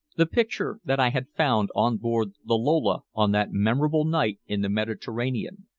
the picture that i had found on board the lola on that memorable night in the mediterranean,